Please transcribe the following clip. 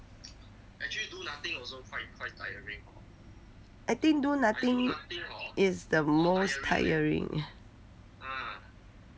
I think actually do nothing is the most tiring